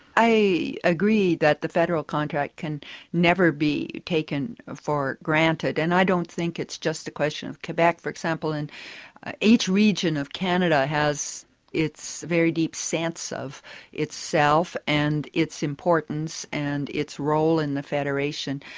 i agree that the federal contract can never be taken for granted, and i don't think it's just a question of quebec, for example and each region of canada, has its very deep sense of itself, and its importance, and its role in the federation,